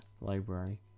library